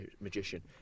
magician